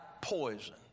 poison